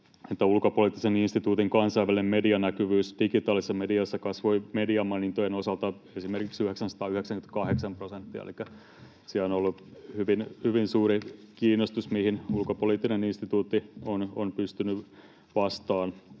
että Ulkopoliittisen instituutin kansainvälinen medianäkyvyys digitaalisessa mediassa kasvoi esimerkiksi mediamainintojen osalta 998 prosenttia, elikkä siellä on ollut hyvin suuri kiinnostus, mihin Ulkopoliittinen instituutti on pystynyt vastaamaan.